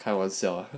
开玩笑啊